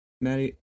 Maddie